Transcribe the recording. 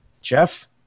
Jeff